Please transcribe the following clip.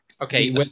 Okay